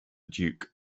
duke